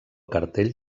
cartell